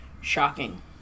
shocking